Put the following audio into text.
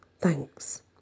Thanks